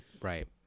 right